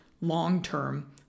long-term